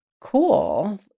cool